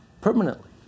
permanently